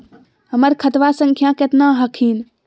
हमर खतवा संख्या केतना हखिन?